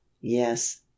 yes